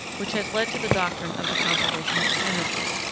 which has led to the doctrine of the conservation of energy.